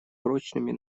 прочными